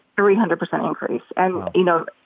three hundred percent increase. and you know,